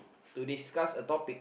to discuss a topic